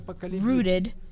rooted